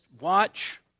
watch